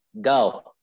Go